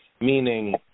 meaning